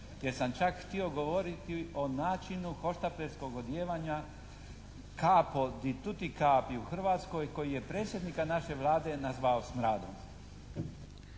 jer sam čak htio govoriti o načinu hoštaplerskog odijevanja capo …/Govornik se ne razumije./… u Hrvatskoj koji je predsjednika naše Vlade nazvao smradom.